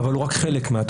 אבל הוא רק חלק מהתופעה.